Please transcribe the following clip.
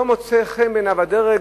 לא מוצא חן בעיניו הדרג